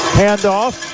handoff